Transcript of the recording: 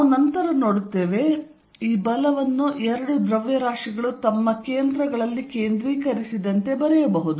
ನಾವು ನಂತರ ನೋಡುತ್ತೇವೆ ಈ ಬಲವನ್ನು ಎರಡು ದ್ರವ್ಯರಾಶಿಗಳು ತಮ್ಮ ಕೇಂದ್ರಗಳಲ್ಲಿ ಕೇಂದ್ರೀಕರಿಸಿದಂತೆ ಬರೆಯಬಹುದು